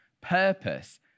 purpose